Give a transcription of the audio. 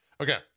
Okay